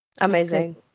Amazing